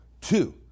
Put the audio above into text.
two